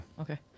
Okay